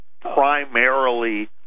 primarily